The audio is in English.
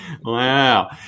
Wow